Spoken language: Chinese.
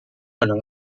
可能